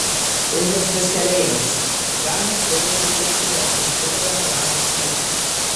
išgąstis keleiviams į prahą skridusiame lėktuve užsidegė bagažo skyrius